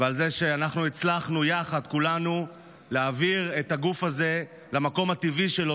ועל זה שהצלחנו יחד כולנו להעביר את הגוף הזה למקום הטבעי שלו,